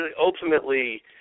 ultimately